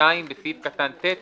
(2)בסעיף קטן (ט),